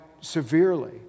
severely